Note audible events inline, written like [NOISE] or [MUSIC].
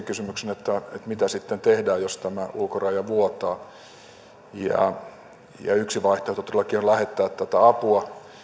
[UNINTELLIGIBLE] kysymykseen että mitä sitten tehdään jos ulkoraja vuotaa yksi vaihtoehto todellakin on lähettää apua